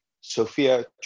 Sophia